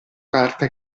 carta